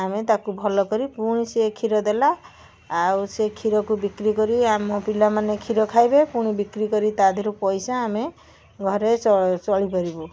ଆମେ ତାକୁ ଭଲ କରି ପୁଣି ସିଏ କ୍ଷୀର ଦେଲା ଆଉ ସେ କ୍ଷୀରକୁ ବିକ୍ରି କରି ଆମ ପିଲାମାନେ କ୍ଷୀର ଖାଇବେ ପୁଣି ବିକ୍ରି କରି ତା ଧିଅରୁ ପଇସା ଆମେ ଘରେ ଚଳେ ଚଳିପାରିବୁ